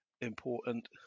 important